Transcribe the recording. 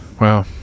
Wow